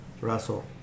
Russell